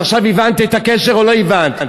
אז עכשיו הבנת את הקשר, או לא הבנת?